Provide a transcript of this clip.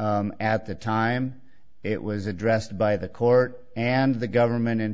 at the time it was addressed by the court and the government in